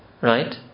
right